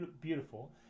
beautiful